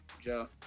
Joe